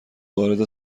وارد